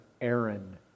Aaron